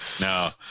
No